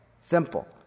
Simple